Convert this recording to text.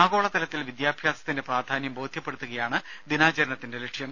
ആഗോളതലത്തിൽ വിദ്യാഭ്യാസത്തിന്റെ പ്രാനാന്യം ബോധ്യപ്പെടുത്തുകയാണ് ദിനാചരണത്തിന്റെ ലക്ഷ്യം